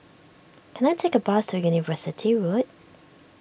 can I take a bus to University Road